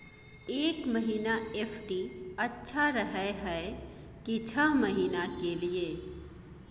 एक महीना एफ.डी अच्छा रहय हय की छः महीना के लिए?